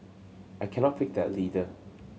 I cannot pick that leader